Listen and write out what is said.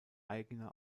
eigener